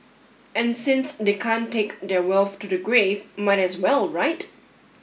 and since they can't take their wealth to the grave might as well right